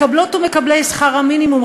מקבלות ומקבלי שכר המינימום,